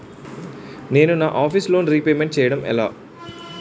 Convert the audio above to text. నేను నా office loan repayment చేయడం ఎలా?